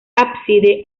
ábside